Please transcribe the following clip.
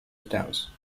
stance